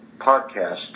podcast